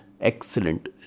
excellent